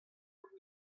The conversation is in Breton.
hon